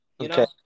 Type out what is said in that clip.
Okay